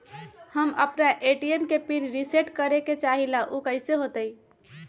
हम अपना ए.टी.एम के पिन रिसेट करे के चाहईले उ कईसे होतई?